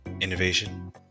innovation